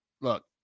look